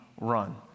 run